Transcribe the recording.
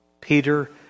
Peter